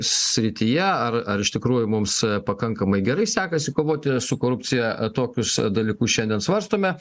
srityje ar ar iš tikrųjų mums pakankamai gerai sekasi kovoti su korupcija tokius dalykus šiandien svarstome